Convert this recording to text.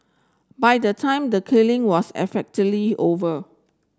by the time the killing was effectively over